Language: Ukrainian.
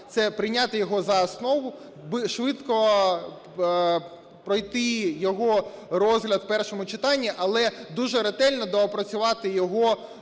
це прийняти його за основу, швидко пройти його розгляд в першому читанні, але дуже ретельно доопрацювати його